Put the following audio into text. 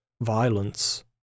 violence